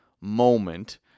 Moment